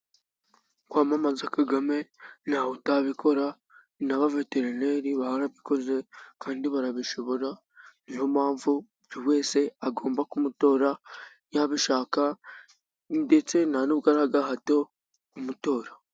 Kwamamaza Kagame ntawe utabikora， n’abaveterineri barabikoze，kandi barabishobora. Ni yo mpamvu buri wese agomba kumutora yabishaka， ndetse nta n’ubwo ari agahato kumutora.